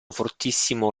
fortissimo